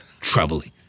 troubling